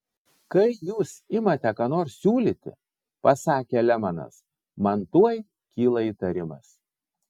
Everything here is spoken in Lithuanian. kai jūs imate ką nors siūlyti pasakė lemanas man tuoj kyla įtarimas